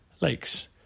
lakes